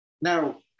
Now